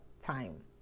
time